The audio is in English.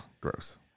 gross